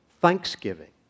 thanksgiving